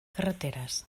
carreteres